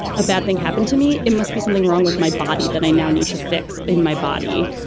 a bad thing happened to me. it must be something wrong with my body that i now need to fix in my body.